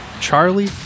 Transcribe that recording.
Charlie